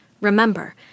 Remember